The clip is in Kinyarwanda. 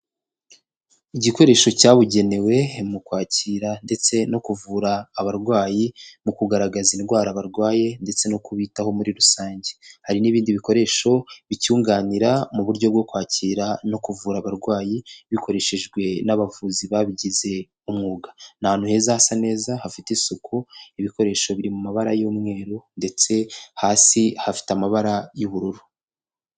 Igikoresho cyabugenewe mu kwakira ndetse no kuvura abarwayi, mu kugaragaza indwara barwaye ndetse no kubitaho muri rusange. Hari n'ibindi bikoresho bicyunganira mu buryo bwo kwakira no kuvura abarwayi, bikoreshejwe n'abavuzi babigize umwuga. Ni ahantu heza hasa neza hafite isuku, ibikoresho biri mu mabara y'umweru ndetse hasi hafite amabara y'ubururu.